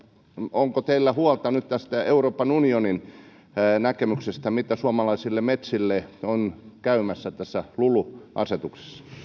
onko teillä huolta nyt euroopan unionin näkemyksestä mitä suomalaisille metsille on käymässä lulucf asetuksessa